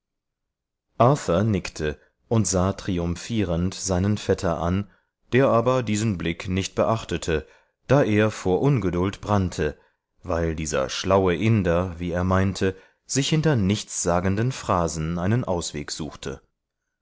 nickte und sah triumphierend seinen vetter an der aber diesen blick nicht beachtete da er vor ungeduld brannte weil dieser schlaue inder wie er meinte sich hinter nichtssagenden phrasen einen ausweg suchte